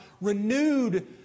renewed